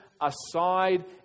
aside